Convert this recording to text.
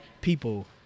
people